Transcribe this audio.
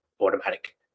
automatic